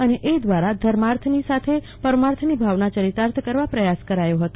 અને એ દ્વારા ધર્માર્થની સાથે પરમાર્થની ભાવના યરિતાર્થ કરવાના પ્રયાસ કરાયો હતો